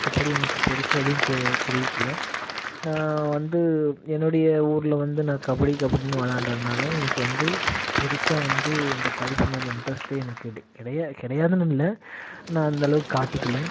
மற்றபடி எனக்கு பெருசாக எதுவும் தெ தெரிவிக்கிலை நான் வந்து என்னுடைய ஊரில் வந்து நான் கபடி கபடின்னு விளாண்டதுனால எனக்கு வந்து பெருசாக வந்து இந்த படிப்பு மேலே இன்ட்ரெஸ்ட் எனக்கு கிட கிடையா கிடையாதுன்னு இல்லை நான் அந்த அளவு காட்டிக்கலை